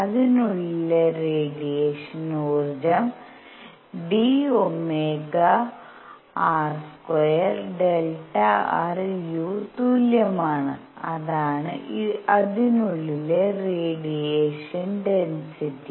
അതിനുള്ളിലെ റേഡിയേഷൻ ഊർജ്ജം d Ωr2 Δr u തുല്യമാണ് അതാണ് അതിനുള്ളിലെ റേഡിയേഷൻ ഡെൻസിറ്റി